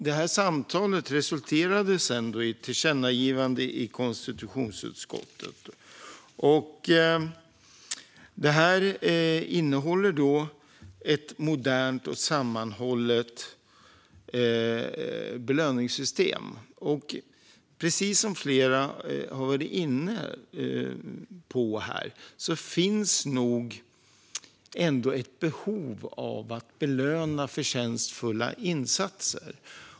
Det här samtalet resulterade i ett tillkännagivande i konstitutionsutskottet om ett modernt och sammanhållet belöningssystem. Precis som flera har varit inne på här finns nog ändå ett behov av att belöna förtjänstfulla insatser.